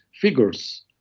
figures